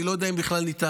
ואני לא יודע אם בכלל ניתן.